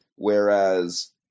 Whereas